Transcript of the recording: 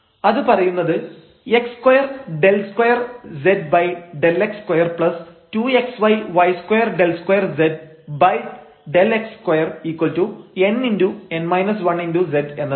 അത് പറയുന്നത് x2 ∂2 z ∂x2 2xy y2∂2 z ∂x2 n n−1 z എന്നതാണ്